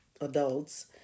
adults